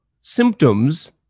symptoms